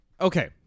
okay